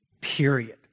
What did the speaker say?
Period